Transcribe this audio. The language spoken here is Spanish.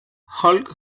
hulk